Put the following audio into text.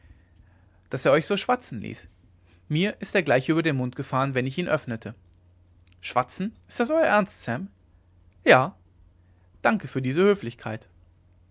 daß er euch so schwatzen ließ mir ist er gleich über den mund gefahren wenn ich ihn öffnete schwatzen ist das euer ernst sam ja danke für diese höflichkeit